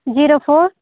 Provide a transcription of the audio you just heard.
zero four